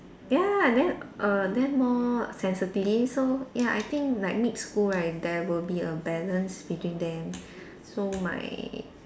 ya then err then more sensitive so ya I think like mix school right there will be a balance between them so my